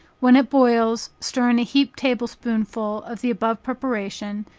when it boils, stir in a heaped table-spoonful of the above preparation,